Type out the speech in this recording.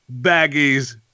baggies